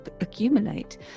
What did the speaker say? accumulate